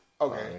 Okay